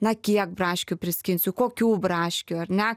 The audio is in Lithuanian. na kiek braškių priskinsiu kokių braškių ar ne